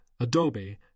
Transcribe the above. Adobe